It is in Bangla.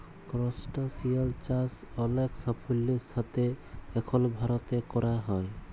করসটাশিয়াল চাষ অলেক সাফল্যের সাথে এখল ভারতে ক্যরা হ্যয়